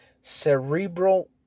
cerebral